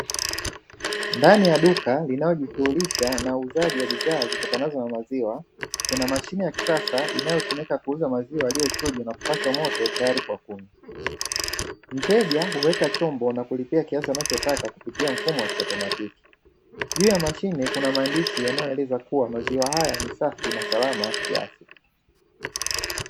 Ndani ya duka linalojishughulisha na uuzaji wa bidhaa zitokanazo na maziwa, kuna mashine ya kisasa inayotumika kuuza maziwa yaliyochujwa na kupashwa moto tayari kwa kunywa. Mteja huweka chombo na kulipia kiasi anachotaka kupitia mfumo wa kiautomatiki. Juu ya mashine kuna maandishi yanayoeleza kuwa maziwa haya ni safi na salama kiafya.